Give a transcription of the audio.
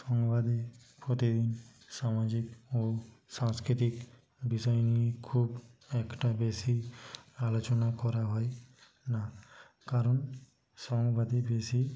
সংবাদের প্রতি সমাজের মূল সাংস্কৃতিক বিষয় নিয়ে খুব একটা বেশি আলোচনা করা হয় না কারণ সংবাদের বেশি